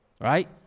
Right